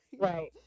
Right